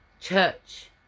church